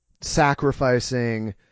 sacrificing